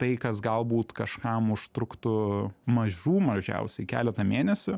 tai kas galbūt kažkam užtruktų mažų mažiausiai keletą mėnesių